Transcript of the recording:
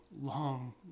long